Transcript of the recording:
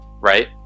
right